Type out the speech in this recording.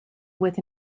with